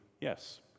yes